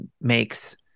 makes